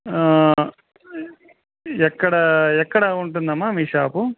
ఎక్కడ ఎక్కడ ఉంటుందమ్మా మీ షాపు